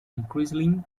increasingly